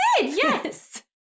Yes